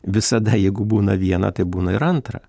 visada jeigu būna viena tai būna ir antra